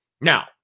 Now